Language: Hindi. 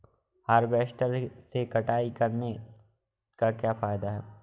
हार्वेस्टर से कटाई करने से क्या फायदा है?